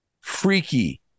freaky